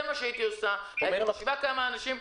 היה פה נציג המשטרה.